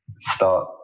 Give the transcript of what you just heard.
start